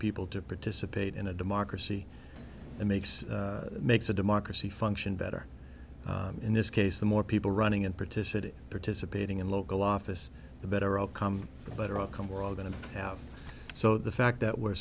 people to participate in a democracy and makes makes a democracy function better in this case the more people running and participating participating in local office the better outcome the better outcome we're all going to have so the fact that we're